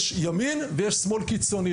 יש ימין ויש שמאל קיצוני,